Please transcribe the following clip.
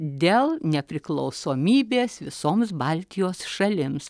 dėl nepriklausomybės visoms baltijos šalims